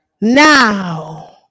Now